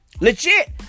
Legit